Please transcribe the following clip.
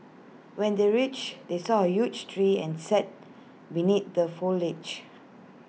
when they reached they saw A huge tree and sat beneath the foliage